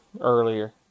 earlier